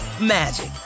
magic